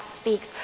speaks